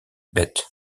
beth